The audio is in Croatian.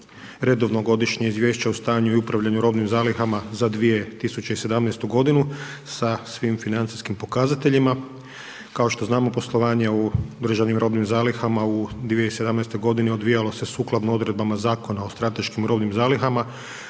redovno godišnje Izvješće o stanju i upravljanju robnim zalihama za 2018. godinu sa svim financijskim pokazateljima. Kao što znamo, poslovanje u državnim robnim zalihama u 2017. godini odbijalo se sukladno odredbama Zakona o strateškim robnim zalihama,